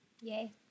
Yay